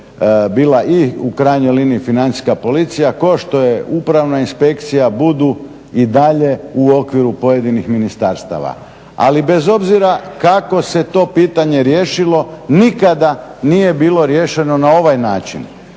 bila i u krajnjoj liniji Financijska policija, kao što je Upravna inspekcija budu i dalje u okviru pojedinih ministarstava. Ali bez obzira kako se to pitanje riješilo nikada nije bilo riješeno na ovaj način